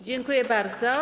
Dziękuję bardzo.